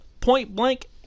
point-blank